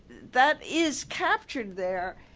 that is captured there.